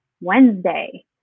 Wednesday